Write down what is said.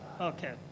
Okay